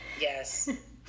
Yes